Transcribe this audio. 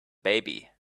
baby